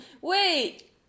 Wait